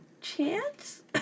chance